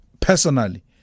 personally